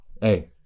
Hey